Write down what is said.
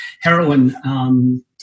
heroin